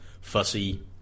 fussy